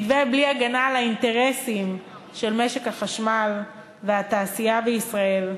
מתווה בלי הגנה על האינטרסים של משק החשמל והתעשייה בישראל.